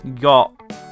got